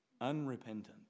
Unrepentant